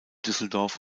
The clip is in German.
düsseldorf